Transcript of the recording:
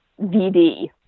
VD